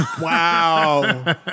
Wow